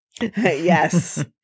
Yes